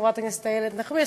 חברת הכנסת נחמיאס,